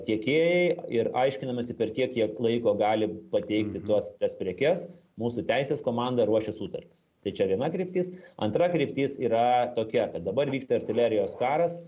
tiekėjai ir aiškinamasi per kiek jie laiko gali pateikti tuos tas prekes mūsų teisės komanda ruošia sutartis tai čia viena kryptis antra kryptis yra tokia kad dabar vyksta artilerijos karas